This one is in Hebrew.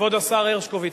כבוד השר הרשקוביץ,